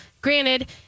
granted